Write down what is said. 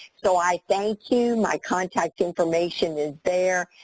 so, i thank you. my contact information is there.